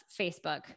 Facebook